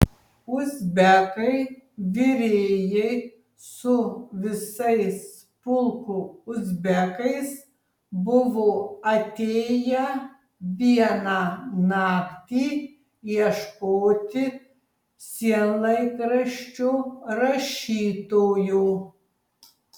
uzbekai virėjai su visais pulko uzbekais buvo atėję vieną naktį ieškoti sienlaikraščio rašytojo